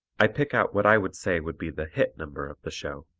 i pick out what i would say would be the hit number of the show,